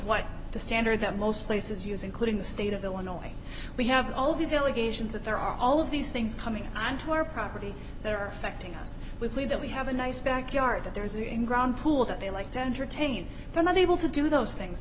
what the standard that most places use including the state of illinois we have all these allegations that there are all of these things coming onto our property that are affecting us weekly that we have a nice backyard that there is a ground pool that they like to entertain been unable to do those things